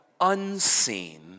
unseen